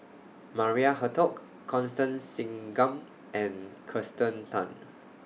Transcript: Maria Hertogh Constance Singam and Kirsten Tan